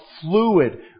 fluid